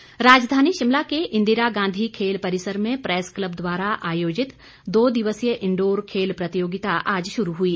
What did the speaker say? खेल राजधानी शिमला के इंदिरा गांधी खेल परिसर में प्रैस क्लब द्वारा आयोजित दो दिवसीय इंडोर खेल प्रतियोगिता आज शुरू हुई